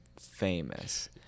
famous